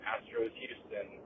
Astros-Houston